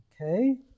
Okay